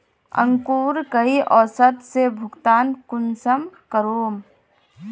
अंकूर कई औसत से भुगतान कुंसम करूम?